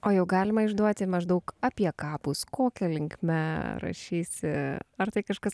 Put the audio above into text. o jau galima išduoti maždaug apie ką bus kokia linkme rašysi ar tai kažkas